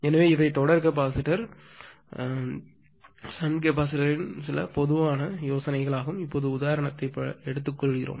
எனவே இவை தொடர் கெப்பாசிட்டர் பக்க கெப்பாசிட்டர்யின் சில பொதுவான யோசனைகள் இப்போது உதாரணத்தை எடுத்துக் கொள்வோம்